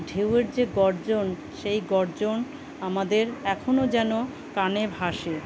ঢেউয়ের যে গর্জন সেই গর্জন আমাদের এখনও যেন কানে ভাসে